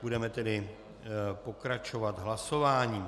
Budeme tedy pokračovat hlasováním.